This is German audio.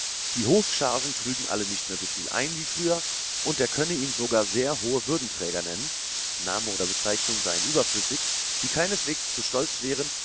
die hofchargen trügen alle nicht mehr so viel ein wie früher und er könne ihm sogar sehr hohe würdenträger nennen name oder bezeichnung seien überflüssig die keineswegs zu stolz wären